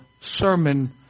sermon